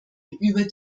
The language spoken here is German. über